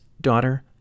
daughter